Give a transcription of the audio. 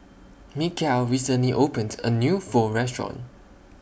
Michale recently opened A New Pho Restaurant